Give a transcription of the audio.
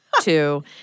two